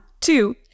Two